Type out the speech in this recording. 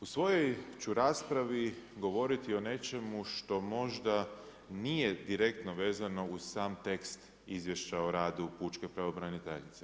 U svojoj ću raspravi govoriti o nečemu što možda nije direktno vezano uz sam tekst izvješća o radu pučke pravobraniteljice.